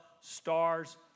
stars